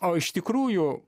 o iš tikrųjų